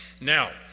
Now